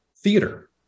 theater